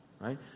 right